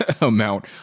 amount